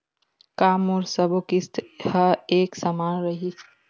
का मोर सबो किस्त ह एक समान रहि?